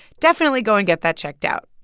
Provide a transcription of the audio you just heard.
definitely go and get that checked out